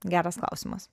geras klausimas